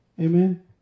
amen